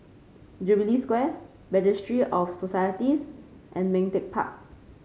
Jubilee Square Registry of Societies and Ming Teck Park